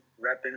repping